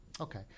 Okay